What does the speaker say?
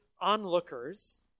onlookers